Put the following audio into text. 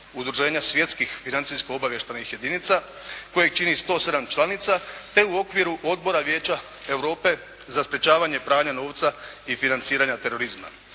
Udruženja svjetskih financijsko-obavještajnih jedinica kojeg čini 107 članica, te u okviru Odbora Vijeća Europe za sprječavanje pranja novca i financiranja terorizma,